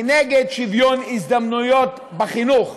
היא נגד שוויון הזדמנויות בחינוך,